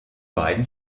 beiden